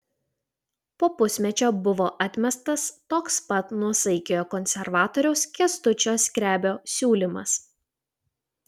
po pusmečio buvo atmestas toks pat nuosaikiojo konservatoriaus kęstučio skrebio siūlymas